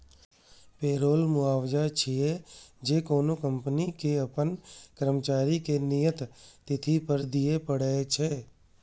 payroll मुआवजा छियै, जे कोनो कंपनी कें अपन कर्मचारी कें नियत तिथि पर दियै पड़ै छै